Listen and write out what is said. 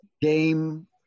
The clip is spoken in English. game